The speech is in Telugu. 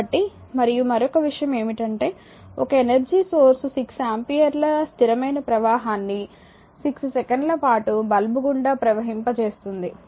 కాబట్టి మరియు మరొక విషయం ఏమిటంటే ఒక ఎనర్జీ సోర్స్ 6 ఆంపియర్ల స్థిరమైన ప్రవాహాన్ని 6 సెకన్ల పాటు బల్బు గుండా ప్రవహింప చేస్తుంది